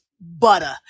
butter